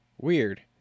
Weird